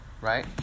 right